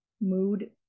mood